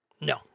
No